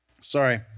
Sorry